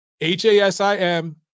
H-A-S-I-M